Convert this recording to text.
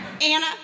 Anna